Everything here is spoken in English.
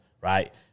Right